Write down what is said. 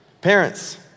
Parents